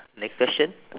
next question